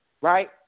right